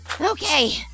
Okay